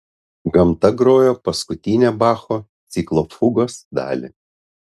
gamta grojo paskutinę bacho ciklo fugos dalį